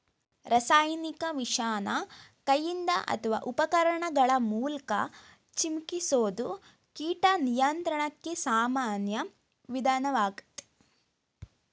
ರಾಸಾಯನಿಕ ವಿಷನ ಕೈಯಿಂದ ಅತ್ವ ಉಪಕರಣಗಳ ಮೂಲ್ಕ ಚಿಮುಕಿಸೋದು ಕೀಟ ನಿಯಂತ್ರಣಕ್ಕೆ ಸಾಮಾನ್ಯ ವಿಧಾನ್ವಾಗಯ್ತೆ